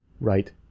right